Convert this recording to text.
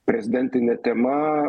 prezidentine tema